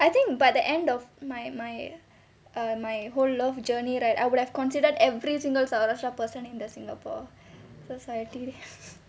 I think by the end of my my err my whole love journey right I would have considered every single savrasya person in the singapore society